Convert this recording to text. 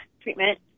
treatment